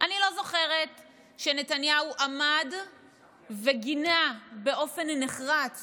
אני לא זוכרת שנתניהו עמד וגינה באופן נחרץ